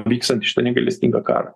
vykstantį šitą negailestingą karą